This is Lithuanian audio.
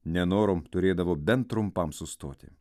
nenorom turėdavo bent trumpam sustoti